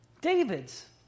David's